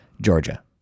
Georgia